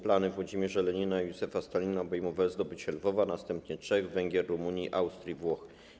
Plany Włodzimierza Lenina i Józefa Stalina obejmowały zdobycie Lwowa, następnie Czech, Węgier, Rumunii, Austrii i Włoch.